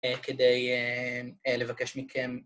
כדי לבקש מכם